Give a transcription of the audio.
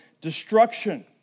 destruction